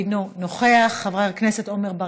חבר הכנסת חיים ילין,